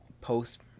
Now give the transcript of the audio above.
post